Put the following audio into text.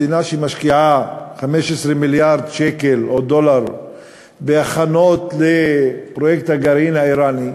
מדינה שמשקיעה 15 מיליארד שקל או דולר בהכנות לפרויקט הגרעין האיראני,